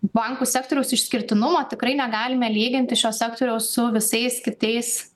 bankų sektoriaus išskirtinumo tikrai negalime lyginti šio sektoriaus su visais kitais